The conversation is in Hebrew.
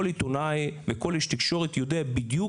כל עיתונאי וכל איש תקשורת יודע בדיוק